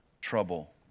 trouble